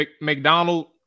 McDonald